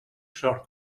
sort